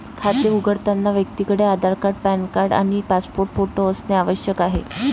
खाते उघडताना व्यक्तीकडे आधार कार्ड, पॅन कार्ड आणि पासपोर्ट फोटो असणे आवश्यक आहे